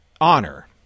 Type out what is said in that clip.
honor